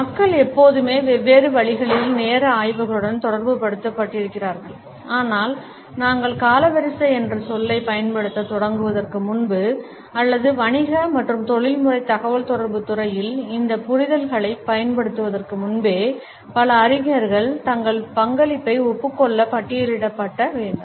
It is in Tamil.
மக்கள் எப்போதுமே வெவ்வேறு வழிகளில் நேர ஆய்வுகளுடன் தொடர்புபடுத்தப்பட்டிருக்கிறார்கள் ஆனால் நாங்கள் காலவரிசை என்ற சொல்லைப் பயன்படுத்தத் தொடங்குவதற்கு முன்பு அல்லது வணிக மற்றும் தொழில்முறை தகவல்தொடர்பு துறையில் இந்த புரிதல்களைப் பயன்படுத்துவதற்கு முன்பே பல அறிஞர்கள் தங்கள் பங்களிப்பை ஒப்புக் கொள்ள பட்டியலிடப்பட வேண்டும்